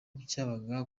byabaga